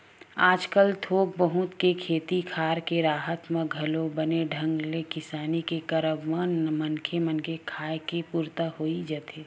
आजकल थोक बहुत के खेती खार के राहत म घलोक बने ढंग ले किसानी के करब म मनखे मन के खाय के पुरता होई जाथे